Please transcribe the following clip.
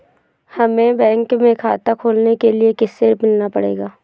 हमे बैंक में खाता खोलने के लिए किससे मिलना पड़ेगा?